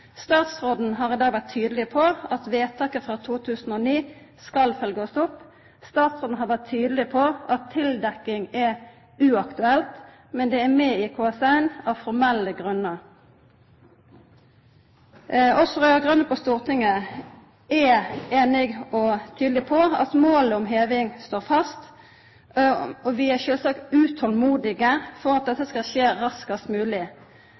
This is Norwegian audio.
Statsråden har i dag vore tydeleg på at vedtaket frå 2009 skal følgjast opp. Statsråden har vore tydeleg på at tildekking er uaktuelt, men det er med i KS1 av formelle grunnar. Også dei raud-grøne på Stortinget er einige og tydelege på at målet om heving står fast. Vi er sjølvsagt utolmodige og vil at dette skal skje raskast